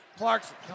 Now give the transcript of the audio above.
Clarkson